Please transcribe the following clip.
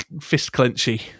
fist-clenchy